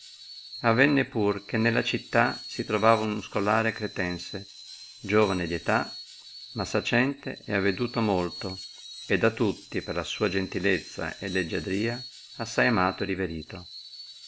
avenne pur che nella città si trovava un scolare cretense giovane di età ma sacente ed aveduto molto e da tutti per la sua gentilezza e leggiadrìa assai amato e riverito